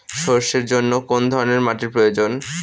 সরষের জন্য কোন ধরনের মাটির প্রয়োজন?